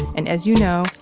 and as you know,